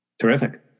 Terrific